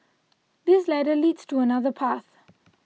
this ladder leads to another path